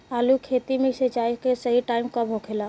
आलू के खेती मे सिंचाई के सही टाइम कब होखे ला?